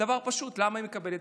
דבר פשוט: למה היא מקבלת?